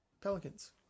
Pelicans